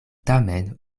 tamen